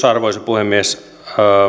arvoisa puhemies